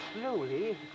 slowly